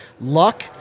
luck